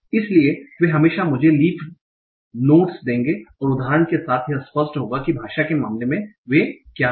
इसलिए वे हमेशा मुझे लीफ़ नोडस देंगे और उदाहरण के साथ यह स्पष्ट होगा कि भाषा के मामले में वे क्या हैं